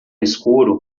escuro